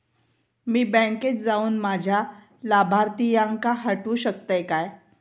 मी बँकेत जाऊन माझ्या लाभारतीयांका हटवू शकतय काय?